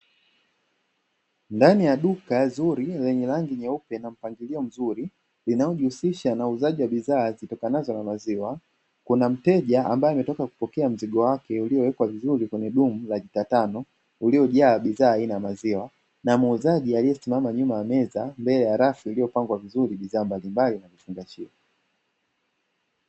Ndani ya duka zuri lenye rangi nyeupe na mpangilio mzuri linalojihusisha na uuzaji wa bidhaa za maziwa, Kuna mteja ambaye ametoka kupokea mzigo wake uliowekwa vizuri kwenye dumu la lita tano uliojaa bidhaa aina ya maziwa. Na muuzaji aliyesimama nyuma ya meza mbele ya rafu iliyopangwa bidhaa mbalimbali za vifungashio.